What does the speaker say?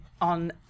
on